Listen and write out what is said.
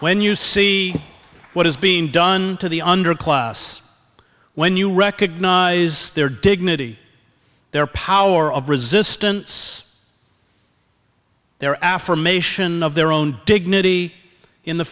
when you see what is being done to the underclass when you recognize their dignity their power of resistance their affirmation of their own dignity in the